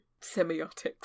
semiotics